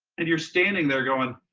and you're standing there going,